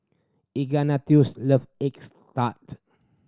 Ignatius love eggs tart